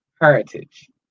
heritage